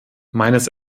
meines